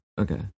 Okay